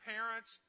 Parents